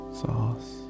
sauce